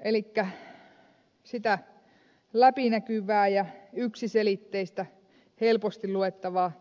elikkä sitä läpinäkyvää yksiselitteistä ja helposti luettavaa